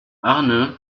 arne